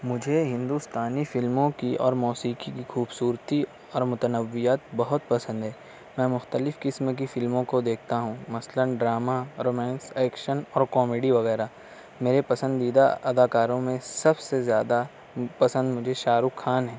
مجھے ہندوستانی فلموں کی اور موسیقی کی خوبصورتی اور متنوعات بہت پسند ہے میں مختلف قسم کی فلموں کو دیکھتا ہوں مثلاً ڈراما رومانس ایکشن اور کومیڈی وغیرہ میرے پسندیدہ اداکاروں میں سب سے زیادہ پسند مجھے شاہ رُخ خان ہیں